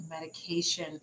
medication